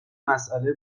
مسئله